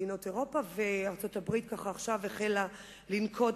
מדינות אירופה וארצות-הברית שעכשיו החלה לנקוט